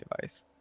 device